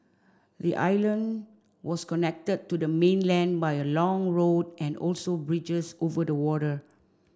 the island was connected to the mainland by a long road and also bridges over the water